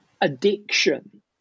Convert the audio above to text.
addiction